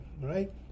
right